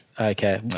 okay